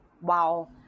wow